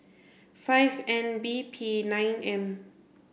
five N B P nine M